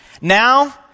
now